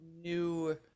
new